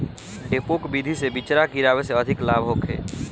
डेपोक विधि से बिचरा गिरावे से अधिक लाभ होखे?